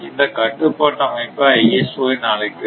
இந்தக் கட்டுப்பாட்டு அமைப்பை ISO என அழைக்கிறோம்